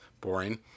Boring